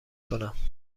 کنم